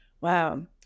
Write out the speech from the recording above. wow